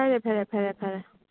ꯐꯔꯦ ꯐꯔꯦ ꯐꯔꯦ ꯐꯔꯦ